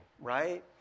right